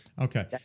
Okay